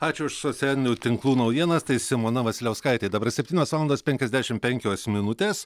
ačiū už socialinių tinklų naujienas tai simona vasiliauskaitė dabar septynios valandos penkiasdešim penkios minutės